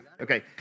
Okay